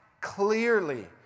clearly